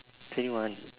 twenty one